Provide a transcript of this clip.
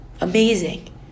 Amazing